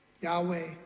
Yahweh